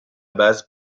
base